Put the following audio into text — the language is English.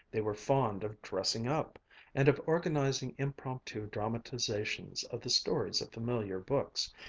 they were fond of dressing up and of organizing impromptu dramatizations of the stories of familiar books,